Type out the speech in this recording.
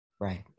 Right